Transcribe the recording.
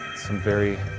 some very,